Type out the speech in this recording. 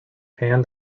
panned